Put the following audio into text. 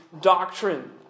doctrine